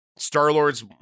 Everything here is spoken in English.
Star-Lord's